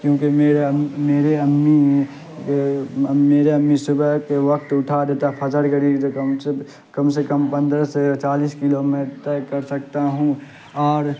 کیونکہ میرا میرے امی میرے امی صبح کے وقت اٹھا دیتا فجر گھڑی کم سے کم پندرہ سے چالیس کلو میں طے کر سکتا ہوں اور